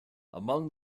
among